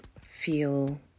feel